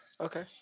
Okay